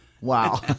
wow